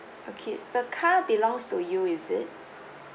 okay is the car belongs to you is it